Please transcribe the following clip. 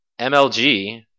MLG